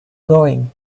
going